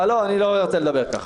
אני לא רוצה לדבר ככה.